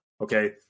okay